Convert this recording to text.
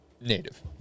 native